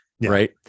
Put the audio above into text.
right